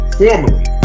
formerly